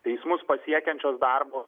teismus pasiekiančios darbo